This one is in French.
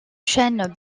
chêne